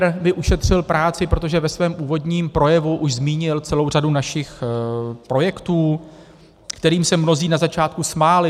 Pan premiér mi ušetřil práci, protože ve svém úvodním projevu už zmínil celou řadu našich projektů, kterým se mnozí na začátku smáli.